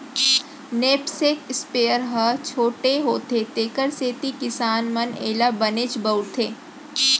knapsack sprayer ह छोटे होथे तेकर सेती किसान मन एला बनेच बउरथे